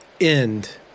end